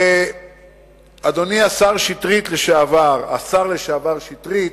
ואדוני השר לשעבר שטרית,